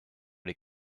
les